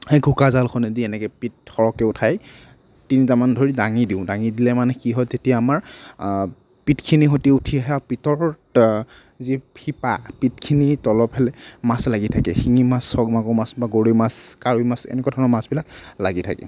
সেই ঘোকা জালখনেদি এনেকৈ পিট সৰহকে উঠাই তিনিটামান ধৰি দাঙি দিওঁ দাঙি দিলে মানে কি হয় তেতিয়া আমাৰ পিটখিনিৰ সৈতে উঠি আহে আৰু পিটৰ যি শিপা পিটখিনিৰ তলৰ ফালে মাছ লাগি থাকে শিঙি মাছ হওক মাগুৰ মাছ হওক বা গৰৈ মাছ কাৰৈ মাছ এনেকুৱাধৰণৰ মাছবিলাক লাগি থাকে